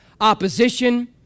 opposition